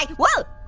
like whoa,